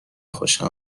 خوشم